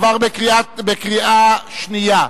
עברה בקריאה שנייה.